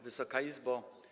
Wysoka Izbo!